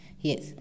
Yes